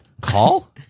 Call